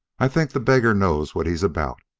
i think the beggar knows what he's about.